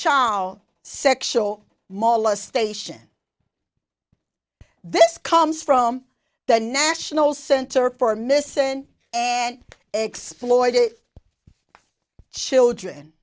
child sexual molestation this comes from the national center for missing and exploited children